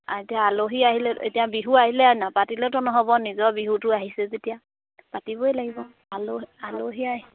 এতিয়া আলহী আহিলে এতিয়া বিহু আহিলে নাপাতিলেতো নহ'ব নিজৰ বিহুটো আহিছে যেতিয়া পাতিবই লাগিব আলহী আহি